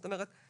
זאת אומרת,